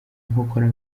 nkokora